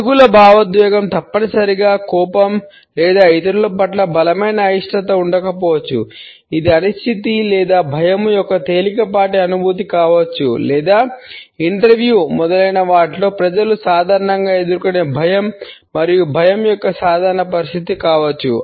ప్రతికూల భావోద్వేగం తప్పనిసరిగా కోపం లేదా ఇతరుల పట్ల బలమైన అయిష్టత ఉండకపోవచ్చు ఇది అనిశ్చితి లేదా భయము యొక్క తేలికపాటి అనుభూతి కావచ్చు లేదా ఇంటర్వ్యూ మొదలైనవాటిలో ప్రజలు సాధారణంగా ఎదుర్కొనే భయం మరియు భయం యొక్క సాధారణ పరిస్థితి కావచ్చు